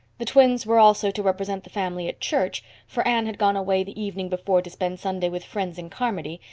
the twins were also to represent the family at church, for anne had gone away the evening before to spend sunday with friends in carmody,